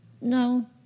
No